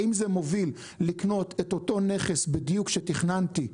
האם זה מוביל לקנות את אותו נכס בדיוק שתכננתי,